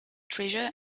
treasure